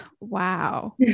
wow